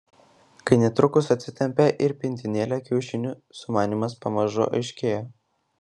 kai netrukus atsitempė ir pintinėlę kiaušinių sumanymas pamažu aiškėjo